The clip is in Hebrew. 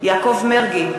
יעקב מרגי,